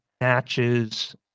matches